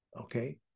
okay